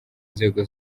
nzego